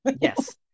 Yes